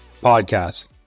podcast